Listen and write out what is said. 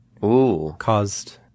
caused